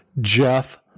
Jeff